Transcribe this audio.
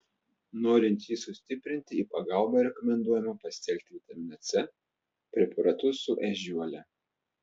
norint jį sustiprinti į pagalbą rekomenduojama pasitelkti vitaminą c preparatus su ežiuole